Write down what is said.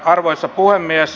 arvoisa puhemies